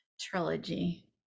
trilogy